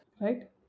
Right